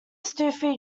sufi